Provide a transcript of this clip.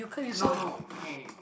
no no okay